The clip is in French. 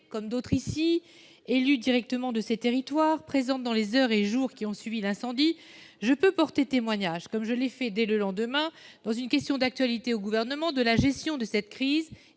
cette enceinte, élue directement de ces territoires, présente dans les heures et jours qui ont suivi l'incendie, je peux porter témoignage, comme je l'ai fait dès le lendemain en posant une question d'actualité au Gouvernement, de la gestion de cette crise